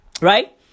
right